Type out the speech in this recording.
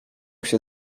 się